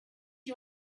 you